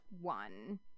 One